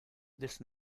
this